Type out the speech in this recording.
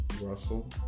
Russell